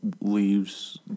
leaves